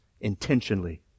intentionally